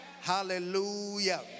Hallelujah